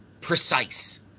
precise